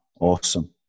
Awesome